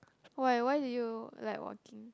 why why did you like walking